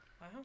wow